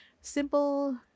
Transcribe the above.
simple